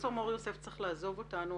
פרופסור מור יוסף צריך לעזוב אותנו.